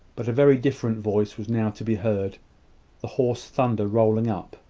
but a very different voice was now to be heard the hoarse thunder rolling up,